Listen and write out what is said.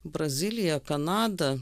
brazilija kanada